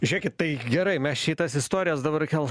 žiūrėkit tai gerai mes čia į tas istorijas dabar gal